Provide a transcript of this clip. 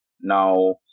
Now